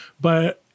but-